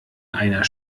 einer